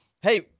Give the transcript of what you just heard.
Hey